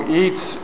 eats